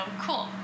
cool